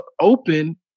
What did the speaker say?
open